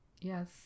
Yes